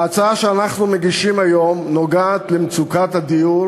ההצעה שאנחנו מגישים היום נוגעת למצוקת הדיור